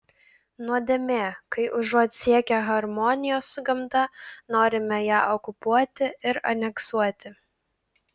nuodėmė kai užuot siekę harmonijos su gamta norime ją okupuoti ir aneksuoti